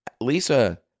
Lisa